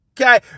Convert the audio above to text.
Okay